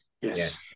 Yes